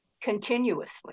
continuously